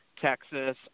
Texas